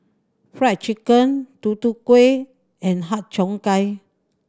Fried Chicken Tutu Kueh and Har Cheong Gai